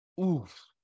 Oof